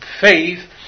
faith